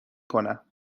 کنم